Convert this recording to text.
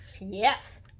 yes